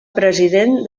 president